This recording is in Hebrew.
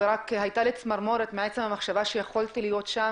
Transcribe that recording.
הייתה לי צמרמורת מעצם המחשבה שיכולתי להיות שם